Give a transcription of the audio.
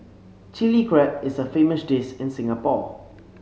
Chilli Crab is a famous dish in Singapore